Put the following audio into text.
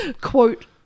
Quote